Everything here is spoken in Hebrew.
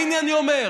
והינה אני אומר,